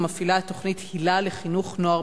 המפעילה את תוכנית היל"ה לחינוך נוער